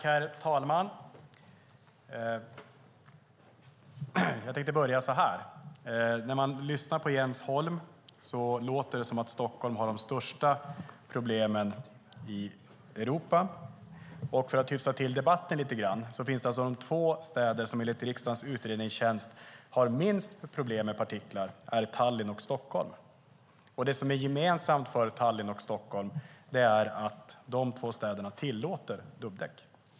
Herr talman! På Jens Holm låter det som om Stockholm har de största problemen i Europa. För att hyfsa debatten lite grann vill jag framhålla att de två städer som enligt riksdagens utredningstjänst har minst problem med partiklar är Tallinn och Stockholm. Det som är gemensamt för Tallinn och Stockholm är att de två städerna tillåter dubbdäck.